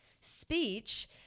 speech